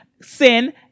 sin